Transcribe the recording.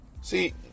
See